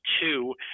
two